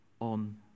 on